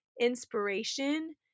inspiration